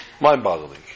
Mind-boggling